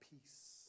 peace